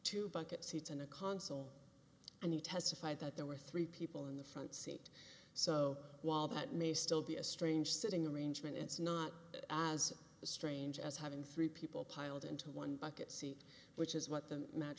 to bucket seats and a consul and he testified that there were three people in the front seat so while that may still be a strange sitting arrangement it's not as strange as having three people piled into one bucket seat which is what the ma